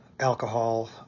alcohol